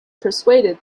persuaded